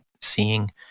seeing